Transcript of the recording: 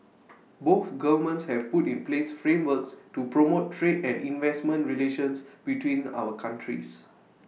both governments have put in place frameworks to promote trade and investment relations between our countries